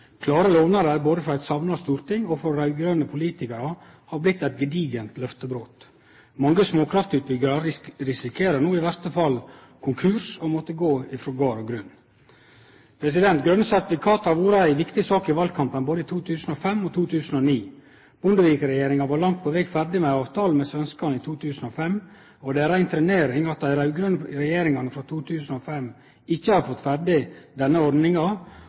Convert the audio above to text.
Klare lovnader både frå eit samla storting og frå raud-grøne politikarar har blitt eit gedigent løftebrot. Mange småkraftutbyggjarar risikerer no i verste fall konkurs og å måtte gå frå gard og grunn. Grøne sertifikat har vore ei viktig sak i valkampen både i 2005 og 2009. Bondevik-regjeringa var langt på veg ferdig med ein avtale med svenskane i 2005, og det er rein trenering at dei raud-grøne regjeringane frå 2005 ikkje har fått ferdig denne ordninga,